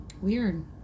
Weird